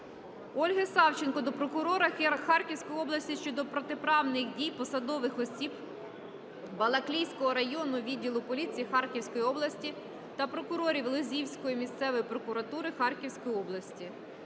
Ольги Савченко до прокурора Харківської області щодо протиправних дій посадових осіб Балаклійського районного відділу поліції Харківської області та прокурорів Лозівської місцевої прокуратури Харківської області.